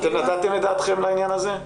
ענבר, אתם נתתם את דעתכם לעניין הזה?